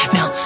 Now